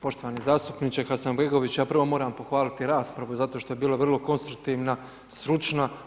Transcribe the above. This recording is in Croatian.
Poštovani zastupniče Hasanbegović, ja prvo moram pohvaliti raspravu zato što je bila vrlo konstruktivna, stručna.